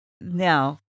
Now